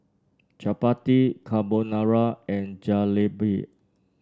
Chapati Carbonara and Jalebi